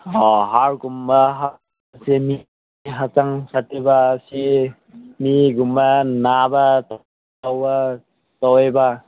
ꯍꯥꯔꯒꯨꯝꯕ ꯍꯥꯞꯄꯁꯦ ꯃꯤ ꯍꯛꯆꯥꯡ ꯁꯥꯊꯤꯕ ꯑꯁꯤ ꯃꯤꯒꯨꯝꯕ ꯅꯥꯕ ꯇꯧꯕ ꯇꯧꯋꯦꯕ